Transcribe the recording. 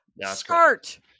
start